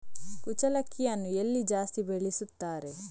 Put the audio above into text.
ಕುಚ್ಚಲಕ್ಕಿಯನ್ನು ಎಲ್ಲಿ ಜಾಸ್ತಿ ಬೆಳೆಸುತ್ತಾರೆ?